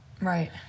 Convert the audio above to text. Right